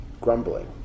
grumbling